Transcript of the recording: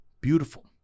Beautiful